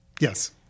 Yes